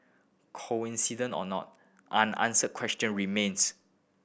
coincidence or not unanswered question remains